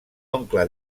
oncle